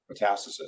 metastasis